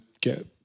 get